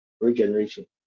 regeneration